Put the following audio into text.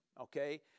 okay